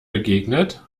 begegnet